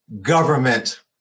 government